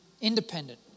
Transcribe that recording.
independent